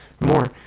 more